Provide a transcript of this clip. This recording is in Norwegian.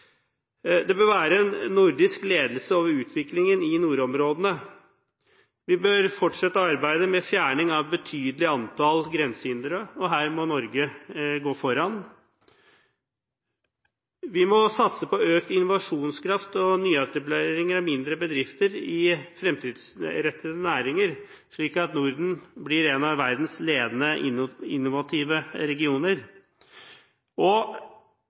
Det bør være en nordisk ledelse når det gjelder utviklingen i nordområdene. Vi bør fortsette å arbeide med fjerning av et betydelig antall grensehindre, og her må Norge gå foran. Vi må satse på økt innovasjonskraft og nyetablering av mindre bedrifter i fremtidsrettede næringer, slik at Norden blir en av verdens ledende innovative regioner.